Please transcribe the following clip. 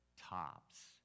tops